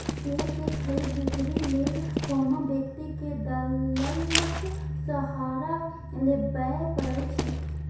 share के खरीद, बिक्री लेल कोनो व्यक्ति कें दलालक सहारा लेबैए पड़ै छै